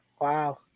Wow